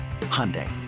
Hyundai